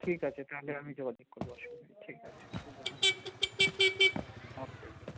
ঠিক আছে তাহলে আমি যোগাযোগ করব অসুবিধা নেই ঠিক আছে ও কে ও কে